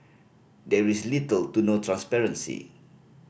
there is little to no transparency